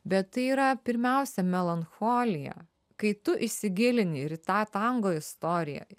bet tai yra pirmiausia melancholija kai tu įsigilini ir tą tango istoriją